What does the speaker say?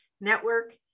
Network